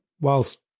whilst